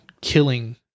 killing